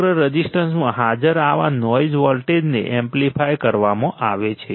સમગ્ર રઝિસ્ટન્સમાં હાજર આવા નોઇઝ વોલ્ટેજને એમ્પ્લીફાય કરવામાં આવે છે